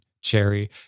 Cherry